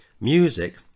music